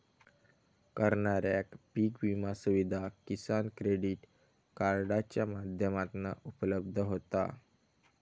करणाऱ्याक पीक विमा सुविधा किसान क्रेडीट कार्डाच्या माध्यमातना उपलब्ध होता